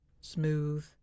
Smooth